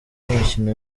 mikino